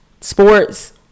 sports